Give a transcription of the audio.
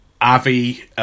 Avi